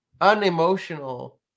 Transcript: unemotional